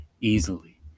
easily